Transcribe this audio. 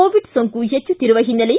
Covid ಸೋಂಕು ಹೆಚ್ಚುತ್ತಿರುವ ಹಿನ್ನೆಲೆ